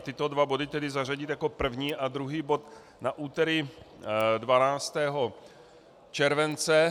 Tyto dva body zařadit jako první a druhý bod na úterý 12. července.